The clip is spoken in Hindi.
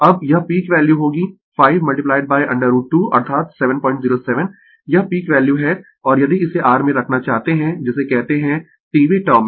अब यह पीक वैल्यू होगी 5 √ 2 अर्थात 707 यह पीक वैल्यू है और यदि इसे r में रखना चाहते है जिसे कहते है tवें टर्म में